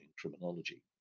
criminology